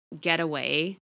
getaway